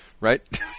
Right